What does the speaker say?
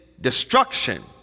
destruction